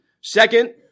Second